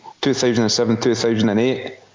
2007-2008